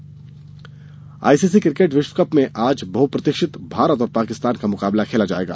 cricket ICC cricket विश्वकप में आज बहुप्रतिक्षित भारत और पाकिस्तान का मुकाबला खेला जाएगा